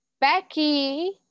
Becky